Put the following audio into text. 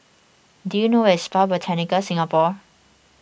do you know where is Spa Botanica Singapore